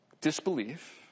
disbelief